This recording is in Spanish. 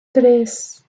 tres